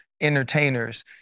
entertainers